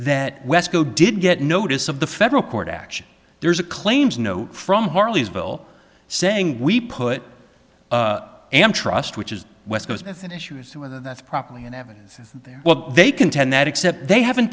that wesco did get notice of the federal court action there's a claims no from harleysville saying we put am trust which is west coast with an issue as to whether that's properly in evidence there well they contend that except they haven't